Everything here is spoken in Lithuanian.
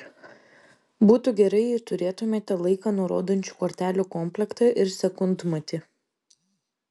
būtų gerai jei turėtumėte laiką nurodančių kortelių komplektą ir sekundmatį